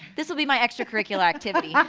this will be my extracurricular activity.